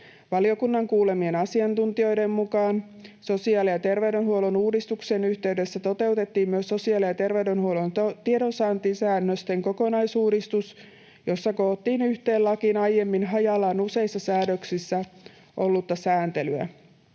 Valiokunnan kuulemien asiantuntijoiden mukaan sosiaali‑ ja terveydenhuollon uudistuksen yhteydessä toteutettiin myös sosiaali‑ ja terveydenhuollon tiedonsaantisäännösten kokonaisuudistus, jossa koottiin yhteen lakiin aiemmin hajallaan useissa säädöksissä ollutta sääntelyä.